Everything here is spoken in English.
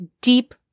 deep